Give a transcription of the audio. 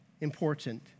important